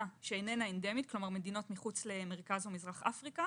שאיננה אנדמית כלומר מדינות מחוץ למרכז ומזרח אפריקה